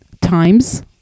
Times